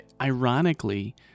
Ironically